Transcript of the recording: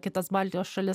kitas baltijos šalis